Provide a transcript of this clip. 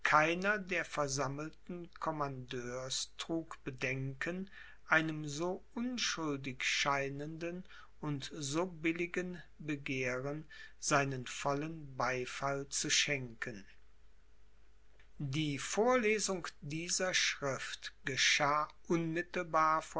der versammelten commandeurs trug bedenken einem so unschuldig scheinenden und so billigen begehren seinen vollen beifall zu schenken die vorlesung dieser schrift geschah unmittelbar